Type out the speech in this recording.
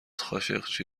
خاشقچی